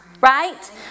Right